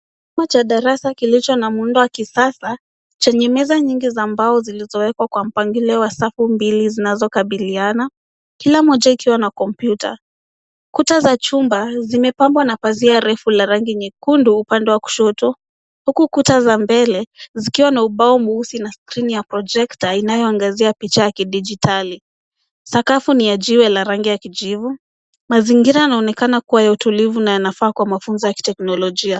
Chumba cha darasa kilicho na muundo wa kisasa chenye meza nyingi za mbao zilizowekwa kwa mpangilio wa safu mbili zinazokabiliana kila moja ikiwa na kompyuta. Kuta za chumba zimepambwa na pazia refu la rangi ya nyekundu upande wa kushoto huku kuta za mbele zikiwa na ubao mweusi na skrini ya projekta inayoongezea picha ya kidijitali. Sakafu ni ya jiwe la rangi ya kijivu, mazingira yanaonekana kuwa ya utulivu na yanafaa kwa mafunzo ya kiteknolojia.